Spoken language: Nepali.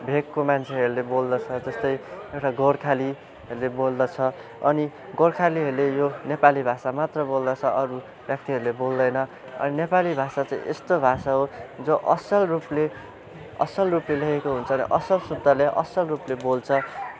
भेकको मान्छेहरूले बोल्दछ जस्तै एउटा गोर्खालीहरूले बोल्दछ अनि गोर्खालीहरूले यो नेपाली भाषा मात्र बोल्दछ अरू जातिहरूले बोल्दैन अनि नेपाली भाषा चाहिँ यस्तो भाषा हो जो असल रूपले असल रूपले लेखेको हुन्छ र असल सूत्रले असल रूपले बोल्छ